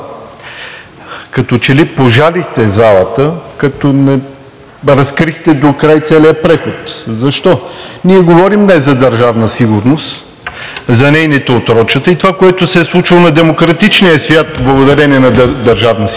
Като че ли пожалихте залата, като не разкрихте докрай целия преход. Защо? Ние говорим днес за Държавна сигурност, за нейните отрочета и това, което се е случвало на демократичния свят благодарение на Държавна сигурност,